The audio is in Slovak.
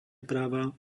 práva